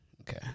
Okay